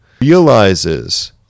realizes